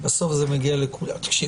בסוף זה מגיע לכולם.